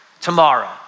tomorrow